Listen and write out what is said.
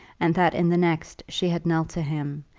and that in the next she had knelt to him,